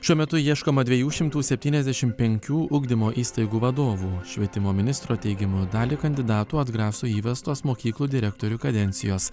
šiuo metu ieškoma dviejų šimtų septyniasdešimt penkių ugdymo įstaigų vadovų švietimo ministro teigimu dalį kandidatų atgraso įvestos mokyklų direktorių kadencijos